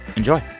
enjoy